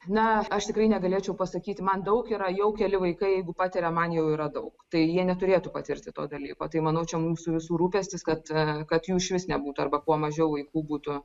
na aš tikrai negalėčiau pasakyti man daug yra jau keli vaikai jeigu patiria man jau yra daug tai jie neturėtų patirti to dalyko tai manau čia mūsų visų rūpestis kad kad jų išvis nebūtų arba kuo mažiau vaikų būtų